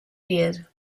beard